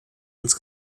ins